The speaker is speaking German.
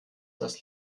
das